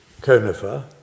conifer